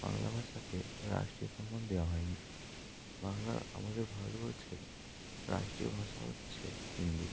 বাংলা ভাষাকে রাষ্ট্রীয় সন্মান দেওয়া হয় নি বাংলা আমাদের ভারতবর্ষের রাষ্ট্রীয় ভাষা হচ্ছে হিন্দি